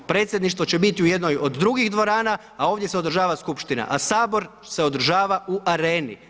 Predsjedništvo će biti u jednoj od drugih dvorana a ovdje se održava skupština a sabor se održava u Areni.